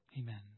Amen